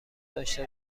داشته